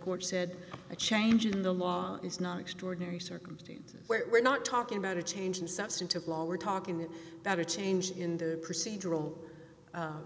court said a change in the law is not extraordinary circumstances where we're not talking about a change in substantive law we're talking about a change in the procedural